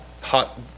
hot